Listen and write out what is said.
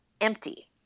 empty